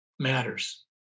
matters